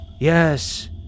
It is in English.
Yes